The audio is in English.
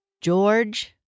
George